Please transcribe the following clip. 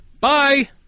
Bye